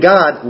God